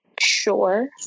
Sure